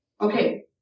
Okay